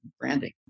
branding